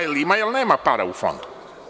Jel ima ili nema para u Fondu?